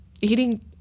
eating